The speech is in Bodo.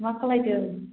मा खालायदों